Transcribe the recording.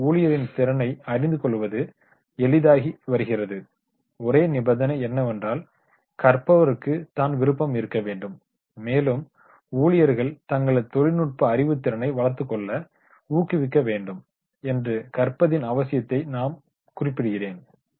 ஒரு ஊழியரின் திறனை அறிந்து கொள்வது எளிதாகி வருகிறது ஒரே நிபந்தனை என்னவென்றால் கரப்பவர்க்கு தான் விருப்பம் இருக்க வேண்டும் மேலும் ஊழியர்கள் தங்களது தொழில்நுட்ப அறிவுதிறனை வளர்த்துக்கொள்ள ஊக்குவிக்க வேண்டும் என்று கற்பதின் அவசியத்தை நான் குறிப்பிடுகிறேன்